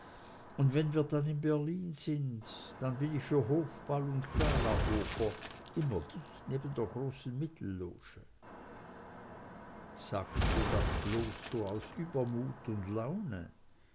und wenn wir dann in berlin sind dann bin ich für hofball und galaoper immer dicht neben der großen mittelloge sagst du das so bloß aus übermut und laune